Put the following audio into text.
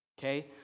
Okay